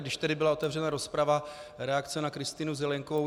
Když tady byla otevřena rozprava reakce na Kristýnu Zelienkovou.